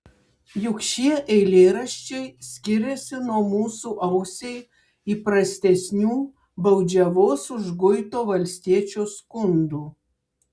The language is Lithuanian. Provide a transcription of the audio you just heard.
juk šie eilėraščiai skiriasi nuo mūsų ausiai įprastesnių baudžiavos užguito valstiečio skundų